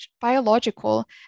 biological